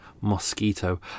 mosquito